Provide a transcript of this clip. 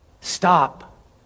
stop